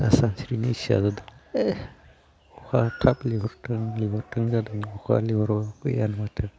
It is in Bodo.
दा सानस्रिनो इस्सा जादो ए अखा गैयानो माथो